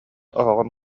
оһоҕун